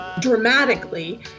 dramatically